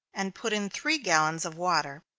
and put in three gallons of water,